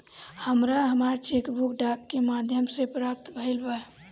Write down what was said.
हमरा हमर cheque book डाक के माध्यम से प्राप्त भईल बा